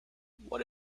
what